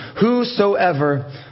whosoever